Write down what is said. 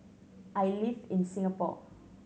I live in Singapore